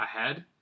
ahead